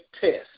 test